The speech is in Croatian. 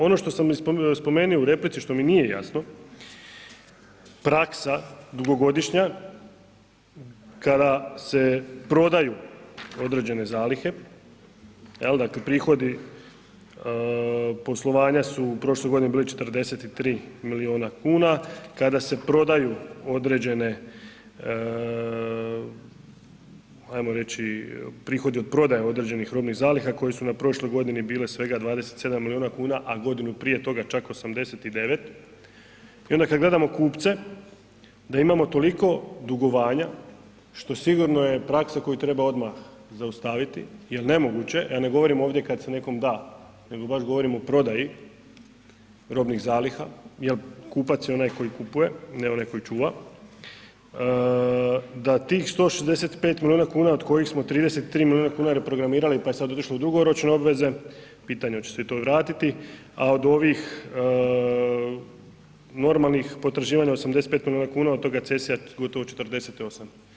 Ono što sam spomenuo i u replici, što mi nije jasno, praksa dugogodišnja, kada se prodaju određene zalihe, jel dakle, prihodi poslovanja su u prošloj godini bile 43 milijuna kuna kada se prodaju određene ajmo reći, prohodi od prodaje određenih robnih zaliha koje su na prošloj godini bile svega 27 milijuna kuna a godinu prije toga čak 89 i onda kad gledamo kupe, da imamo toliko dugovanja što sigurno je praksa koju treba odmah zaustaviti jer nemoguće, ja ne govorim ovdje kad se nekom da nego baš govorim o prodaji robnih zaliha jer kupac je onaj koji kupuje, ne onaj koji čuva, da tih 165 milijuna kn od kojih smo 33 milijuna kn reprogramirali pa je sad otišlo u dugoročne obveze, pitanje hoće se i to vratiti a od ovih normalnih potraživanja, 85 milijuna kn, od toga ... gotovo 48.